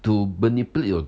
to manipulate your